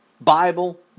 Bible